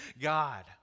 God